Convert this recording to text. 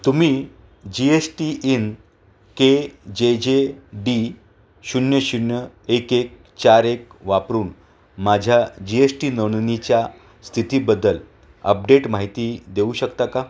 तुम्ही G S T I N K J J शून्य शून्य एक एक चार एक वापरून माझ्या जी एश टी नोंदणीच्या स्थितीबद्दल अपडेट माहिती देऊ शकता का